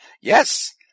yes